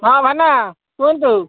ହଁ ଭାଇନା କୁହନ୍ତୁ